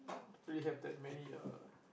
really have that many uh